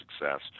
success